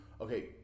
okay